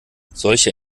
solche